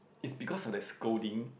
it's because of that scolding